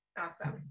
awesome